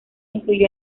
incluyó